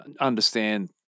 understand